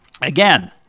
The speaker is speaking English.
again